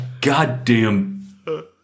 goddamn